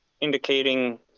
indicating